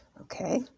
Okay